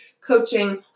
coaching